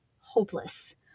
hopeless